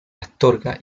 astorga